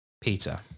Peter